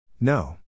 No